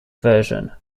version